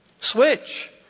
Switch